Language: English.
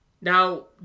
Now